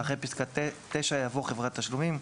אחרי פסקה (9) יבוא: "(9א) חברת תשלומים".